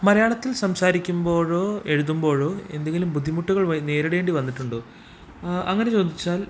മലയാളത്തിൽ സംസാരിക്കുമ്പോഴോ എഴുതുമ്പോഴോ എന്തെങ്കിലും ബുദ്ധിമുട്ടുകൾ വ നേരിടേണ്ടി വന്നിട്ടുണ്ടോ അങ്ങനെ ചോദിച്ചാൽ